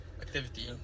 activity